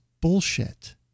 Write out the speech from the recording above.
bullshit